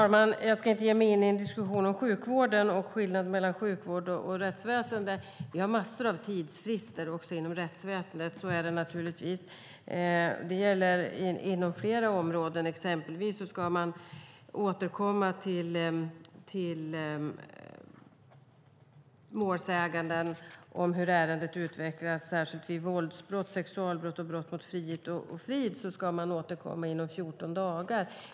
Fru talman! Jag ska inte ge mig in i en diskussion om sjukvården och skillnaden mellan sjukvård och rättsväsen. Vi har massor av tidsfrister också inom rättsväsendet. Så är det naturligtvis. Det gäller inom flera områden. Exempelvis ska man återkomma till målsäganden om hur ärendet utvecklas. Särskilt vid våldsbrott, sexualbrott och brott mot frihet och frid ska man återkomma inom 14 dagar.